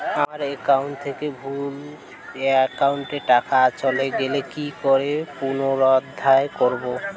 আমার একাউন্ট থেকে ভুল একাউন্টে টাকা চলে গেছে কি করে পুনরুদ্ধার করবো?